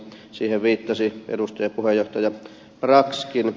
siihen viittasi edustaja puheenjohtaja braxkin